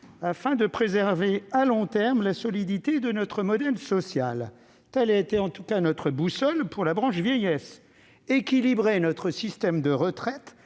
afin de préserver à long terme la solidité de notre modèle social. Telle a été notre boussole pour la branche vieillesse : équilibrer notre système de retraite